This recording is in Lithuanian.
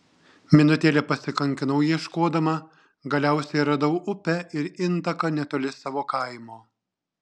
minutėlę pasikankinau ieškodama galiausiai radau upę ir intaką netoli savo kaimo